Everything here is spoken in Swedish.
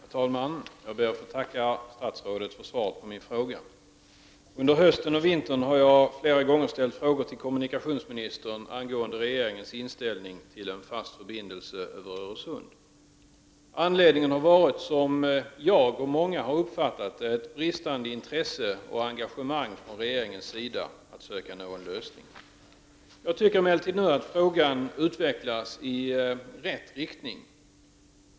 Herr talman! Jag ber att få tacka statsrådet för svaret på min fråga. Under hösten och vintern har jag flera gånger ställt frågor till kommunikationsministern angående regeringens inställning till en fast förbindelse över Öresund. Anledningen har, som jag och många andra har uppfattat det, varit bristande intresse och engagemang från regeringens sida för att söka nå en lösning. Jag tycker emellertid nu att frågan utvecklas i rätt riktning.